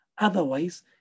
Otherwise